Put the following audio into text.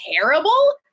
terrible